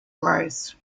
grows